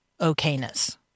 okayness